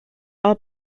are